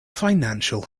financial